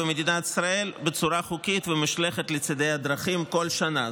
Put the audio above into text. במדינת ישראל בצורה חוקית ומושלכת לצידי הדרכים כל שנה.